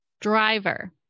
Driver